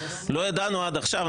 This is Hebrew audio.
לא ידענו עד עכשיו,